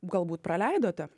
galbūt praleidote